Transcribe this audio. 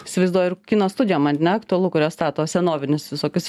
įsivaizduoju ir kino studijom ane aktualu kurios stato senovinius visokius